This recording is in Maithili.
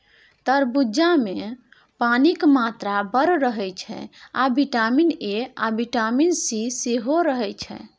तरबुजामे पानिक मात्रा बड़ रहय छै आ बिटामिन ए आ बिटामिन सी सेहो रहय छै